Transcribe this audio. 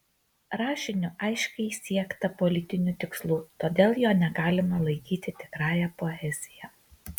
rašiniu aiškiai siekta politinių tikslų todėl jo negalima laikyti tikrąja poezija